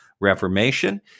Reformation